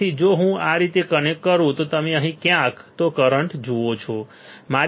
તેથી જો હું આ રીતે કનેક્ટ કરું તો તમે અહીં ક્યાંક તો કરંટ જુઓ છો